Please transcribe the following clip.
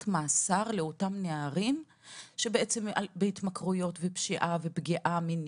מאסר לאותם נערים שבהתמכרויות ופשיעה ופגיעה מינית,